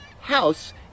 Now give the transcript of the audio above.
house